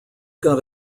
got